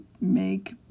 make